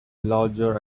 larger